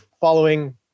following